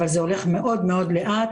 אבל זה הולך מאוד מאוד לאט,